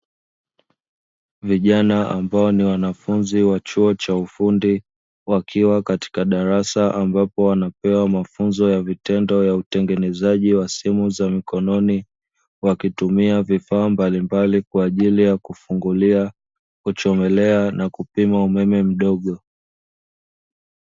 Vijana ambao ni wanafunzi wa chuo cha ufundi wakiwa katika darasa ambapo wanapewa mafunzo ya vitendo ya utengenezaji wa simu za mkononi wakitumia vifaa mbalimbali kwa ajili ya kufungulia, kuchomelea, na kupima umeme mdogo.